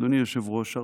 אדוני היושב-ראש,